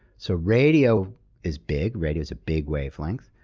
so radio is big, radio's a big wavelength.